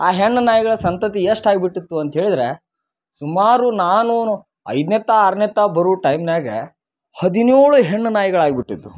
ಆ ಹೆಣ್ಣು ನಾಯಿಗಳ ಸಂತತಿ ಎಷ್ಟು ಆಗ್ಬಿಟ್ಟಿತ್ತು ಅಂಥೇಳಿದ್ರೆ ಸುಮಾರು ನಾನೂನು ಐದ್ನೆತ್ತ ಆರ್ನೆತ್ತ ಬರೂ ಟೈಮಿನ್ಯಾಗ ಹದಿನೇಳು ಹೆಣ್ಣು ನಾಯಿಗಳಾಗಿಬಿಟ್ಟಿದ್ದು